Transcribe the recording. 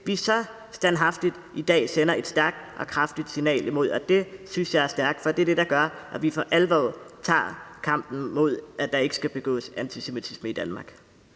vi så standhaftigt i dag sender et stærkt og kraftigt signal imod. Det synes jeg er stærkt, for det er det, der gør, at vi for alvor tager kampen op imod det, så der ikke skal begås antisemitiske handlinger